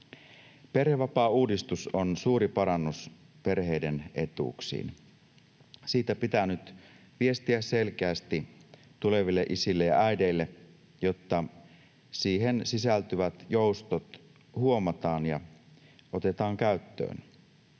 Perhevapaauudistus on suuri parannus perheiden etuuksiin. Siitä pitää nyt viestiä selkeästi tuleville isille ja äideille, jotta siihen sisältyvät joustot huomataan ja otetaan käyttöön.